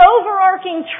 overarching